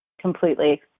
completely